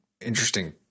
interesting